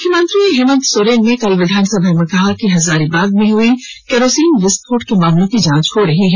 मुख्यमंत्री हेमन्त सोरेन ने कल विधानसभा में कहा कि हजारीबाग में हुई केरोसिन विस्फोट के मामलों की जांच हो रही है